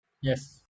Yes